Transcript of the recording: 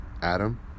Adam